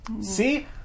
See